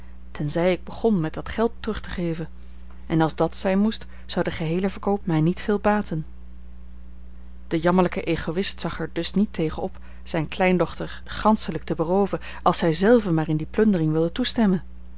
tenzij ik begon met dat geld terug te geven en als dat zijn moest zou de geheele verkoop mij niet veel baten de jammerlijke egoïst zag er dus niet tegen op zijne kleindochter ganschelijk te berooven als zij zelve maar in die plundering wilde toestemmen